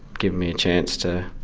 giving me a chance to,